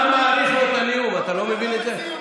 אתה סתם מאריך לו את הנאום, אתה לא מבין את זה?